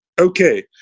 okay